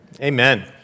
Amen